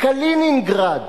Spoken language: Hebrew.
קלינינגרד